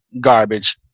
garbage